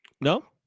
No